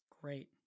Great